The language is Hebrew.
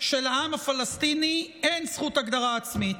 שלעם הפלסטיני אין זכות הגדרה עצמית.